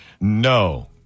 No